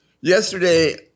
Yesterday